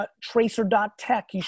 tracer.tech